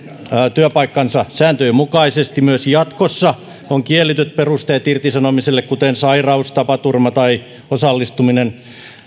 työpaikkansa sääntöjen mukaisesti myös jatkossa irtisanomiselle on kielletyt perusteet kuten sairaus tapaturma tai osallistuminen